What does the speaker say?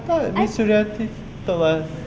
I thought miss suriati told us